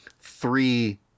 three